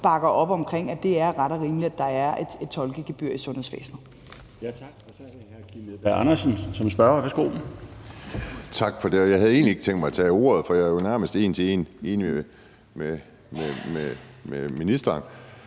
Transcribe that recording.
bakker op om, at det er ret og rimeligt, at der er et tolkegebyr i sundhedsvæsenet.